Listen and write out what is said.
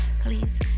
Please